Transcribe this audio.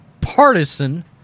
partisan